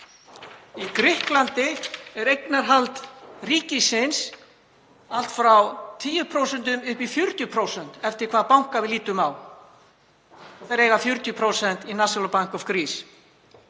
í Grikklandi er eignarhald ríkisins allt frá 10% upp í 40% eftir því hvaða banka við lítum á og þeir eiga 40% í National Bank of Greece,